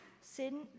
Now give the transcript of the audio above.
sin